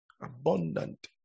Abundant